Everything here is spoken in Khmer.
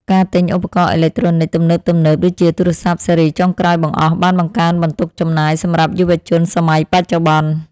ការទិញឧបករណ៍អេឡិចត្រូនិកទំនើបៗដូចជាទូរស័ព្ទស៊េរីចុងក្រោយបង្អស់បានបង្កើនបន្ទុកចំណាយសម្រាប់យុវជនសម័យបច្ចុប្បន្ន។